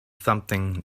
something